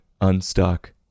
unstuck